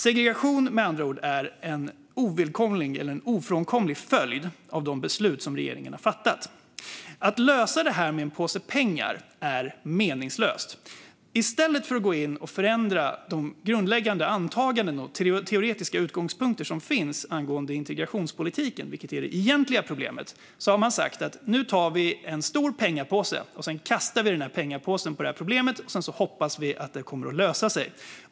Segregation är med andra ord en ofrånkomlig följd av de beslut som regeringen har fattat. Att lösa detta med en påse pengar är meningslöst. I stället för att gå in och förändra de grundläggande antaganden och teoretiska utgångspunkter som finns angående integrationspolitiken, som är det egentliga problemet, har man sagt: Nu tar vi en stor pengapåse, som vi kastar på detta problem. Sedan hoppas vi att det kommer att lösa sig.